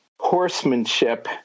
horsemanship